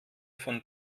von